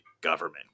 government